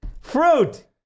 Fruit